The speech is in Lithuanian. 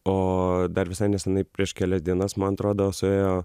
o dar visai neseniai prieš kelias dienas man atrodo suėjo